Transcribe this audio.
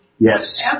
Yes